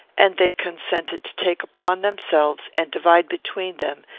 and they consented to take upon themselves, and divide between them,